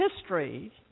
history